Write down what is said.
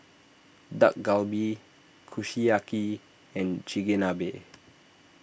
Dak Galbi Kushiyaki and Chigenabe